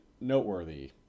noteworthy